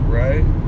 right